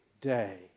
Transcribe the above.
day